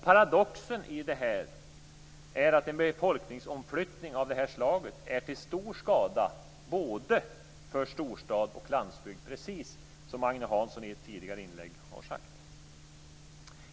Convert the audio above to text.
Paradoxen i detta är att en befolkningsomflyttning av det slaget är till stor skada för både storstad och landsbygd, precis som Agne Hansson i sitt tidigare inlägg har sagt.